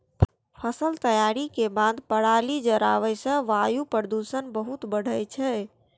फसल तैयारी के बाद पराली जराबै सं वायु प्रदूषण बहुत बढ़ै छै